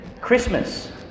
Christmas